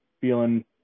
Feeling